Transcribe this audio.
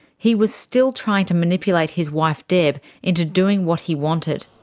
he was still trying to manipulate his wife deb into doing what he wanted.